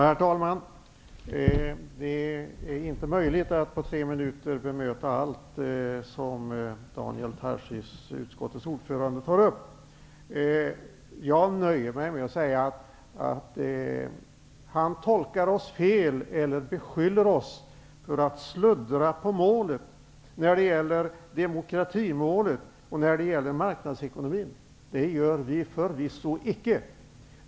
Herr talman! Det är inte möjligt att på tre minuter bemöta allt det som Daniel Tarschys, utskottets ordförande, har tagit upp. Daniel Tarschys tolkar oss fel och beskyller oss för att sluddra på målet när det gäller frågan om demokrati och marknadsekonomi. Det gör vi förvisso icke!